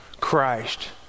Christ